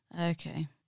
Okay